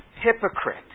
Hypocrite